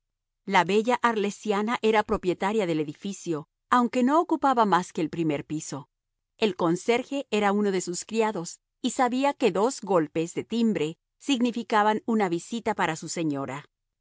la bella arlesiana era propietaria del edificio aunque no ocupaba más que el primer piso el conserje era uno de sus criados y sabía que dos golpes de timbre significaban una visita para su señora